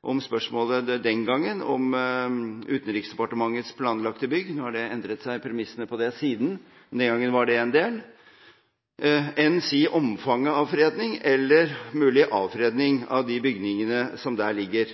om spørsmålet den gangen – om Utenriksdepartementets planlagte bygg. Siden har premissene for det endret seg, men den gangen var det en del av dette – også omfanget av en fredning eller en mulig «avfredning» av de bygningene som der ligger.